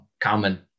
common